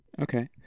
Okay